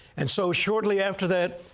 and so shortly after that,